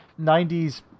90s